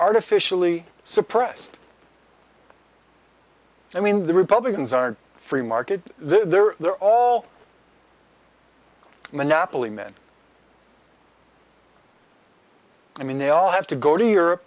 artificially suppressed i mean the republicans aren't free market they're they're all monopoly men i mean they all have to go to europe